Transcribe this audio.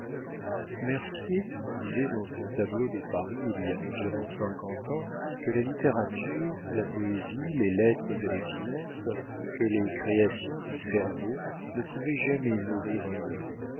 mercier disait dans son tableau de paris il y a environ cinquante ans que la littérature la poésie les lettres et les sciences que les créations du cerveau ne pouvaient jamais nourrir un homme